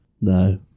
no